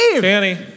Danny